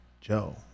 joe